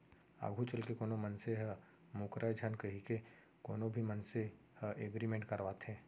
आघू चलके कोनो मनसे ह मूकरय झन कहिके कोनो भी मनसे ह एग्रीमेंट करवाथे